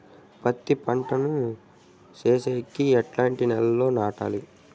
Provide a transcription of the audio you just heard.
పత్తి పంట ను సేసేకి ఎట్లాంటి నేలలో నాటాలి?